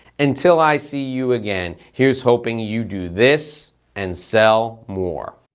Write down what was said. until i see you again, here's hoping you do this and sell more.